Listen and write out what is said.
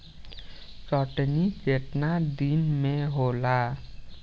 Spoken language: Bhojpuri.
कटनी केतना दिन में होला?